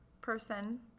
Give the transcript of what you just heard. person